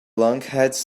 lunkheads